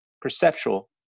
perceptual